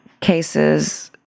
cases